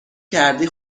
کردی